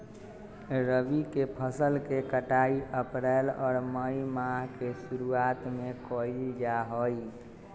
रबी के फसल के कटाई अप्रैल और मई माह के शुरुआत में कइल जा हई